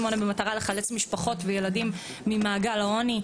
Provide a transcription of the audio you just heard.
במטרה לחלץ משפחות וילדים ממעגל העוני,